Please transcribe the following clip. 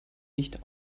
nicht